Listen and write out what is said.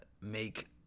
make